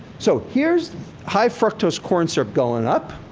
so, here's high fructose corn syrup going up.